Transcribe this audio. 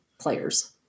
players